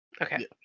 Okay